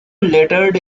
lettered